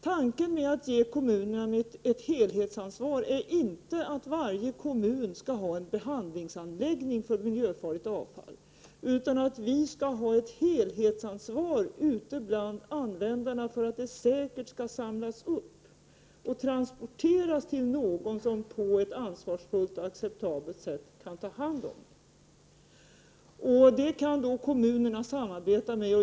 Tanken med att ge kommunerna ett helhetsansvar är inte att det i varje kommun skall finnas en behandlingsanläggning för miljöfarligt avfall, utan tanken är att skapa ett helhetsansvar ute bland användarna. Avfallet måste ju samlas upp på ett säkert sätt och transporteras till den som på ett ansvarsfullt och acceptabelt sätt kan ta hand om det. Där kan kommunerna samarbeta.